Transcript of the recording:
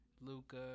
Luca